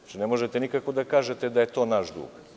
Ne možete nikako da kažete da je to naš dug.